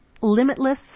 Limitless